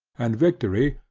and victory,